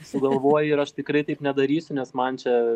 sugalvojai ir aš tikrai taip nedarysiu nes man čia